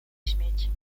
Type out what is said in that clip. śmieci